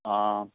आं